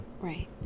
right